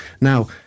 Now